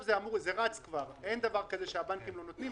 זה רץ ואין דבר כזה שהבנקים לא נותנים.